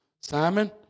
Simon